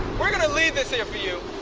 we're gonna leave this here for you,